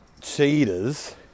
cheaters